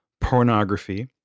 Pornography